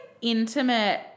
Intimate